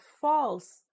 false